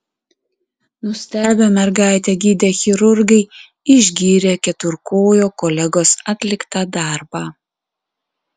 nustebę mergaitę gydę chirurgai išgyrė keturkojo kolegos atliktą darbą